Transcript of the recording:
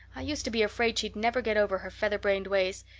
i used to be afraid she'd never get over her featherbrained ways,